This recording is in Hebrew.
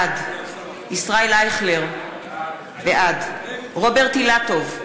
בעד ישראל אייכלר, בעד רוברט אילטוב,